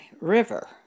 river